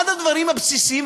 אחד הדברים הבסיסיים,